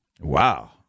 Wow